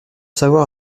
savoir